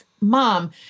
mom